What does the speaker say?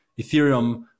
Ethereum